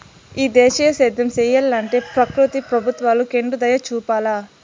ఈ దేశీయ సేద్యం సెయ్యలంటే ప్రకృతి ప్రభుత్వాలు కెండుదయచూపాల